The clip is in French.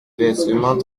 versement